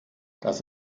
dass